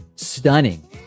stunning